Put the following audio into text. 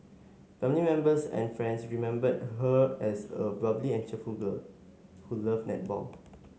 family members and friends remembered her as a bubbly and cheerful girl who loved netball